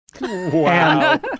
Wow